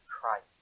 Christ